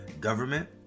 government